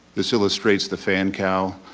this illustrates the fan cowl.